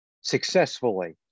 successfully